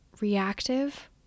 reactive